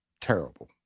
Terrible